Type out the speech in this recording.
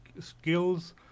skills